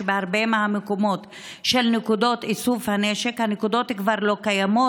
בהרבה מהמקומות שבהם נקודות איסוף הנשק הנקודות כבר לא קיימות,